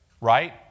Right